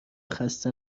خسته